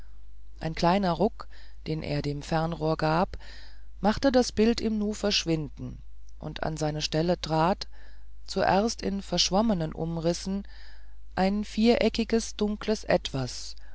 ein kleiner ruck den er dem fernrohr gab machte das bild im nu verschwinden und an seine stelle trat zuerst in verschwommenen umrissen ein viereckiges dunkles etwas